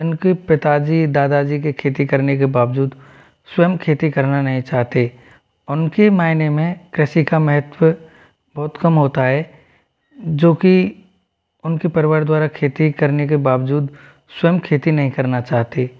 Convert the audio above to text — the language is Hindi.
इनके पिताजी दादा जी के खेती करने के बावजूद स्वयं खेती करना नहीं चाहते उनके मायने में कृषि का महत्व बहुत कम होता है जो कि उनके परिवार द्वारा खेती करने के बावजूद स्वयं खेती नहीं करना चाहते